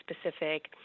specific